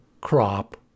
crop